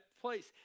place